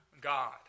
God